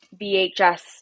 VHS